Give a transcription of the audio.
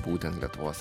būtent lietuvos